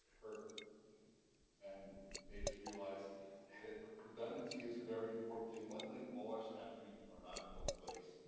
hurt and made us realize that redundancy is a very important thing. luckily, all our snapstream are not in one place.